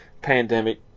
pandemic